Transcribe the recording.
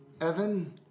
Evan